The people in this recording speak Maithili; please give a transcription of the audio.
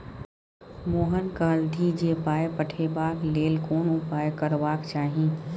मोहन कहलथि जे पाय पठेबाक लेल कोन उपाय करबाक चाही